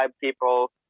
people